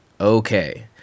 Okay